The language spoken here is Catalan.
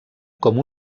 com